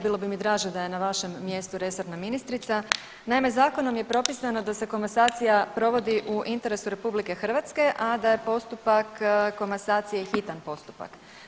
Bilo bi mi draže da je na vašem mjestu resorna ministrica, naime zakonom je propisano da se komasacija provodi u interesu RH, a da je postupak komasacije hitan postupak.